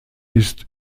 ist